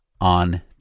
on